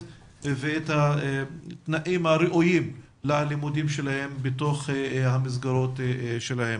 ותנאים לימודים ראויים בתוך המסגרות שלהם.